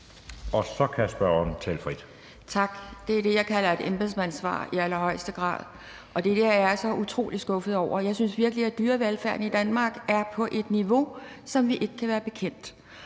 Tak. Det er i allerhøjeste grad det, jeg kalder et embedsmandssvar, og det er det, jeg er så utrolig skuffet over. Jeg synes virkelig, at dyrevelfærden i Danmark er på et niveau, som vi ikke kan være bekendt.